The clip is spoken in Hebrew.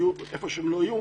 יהיו איפה שיהיו,